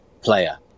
player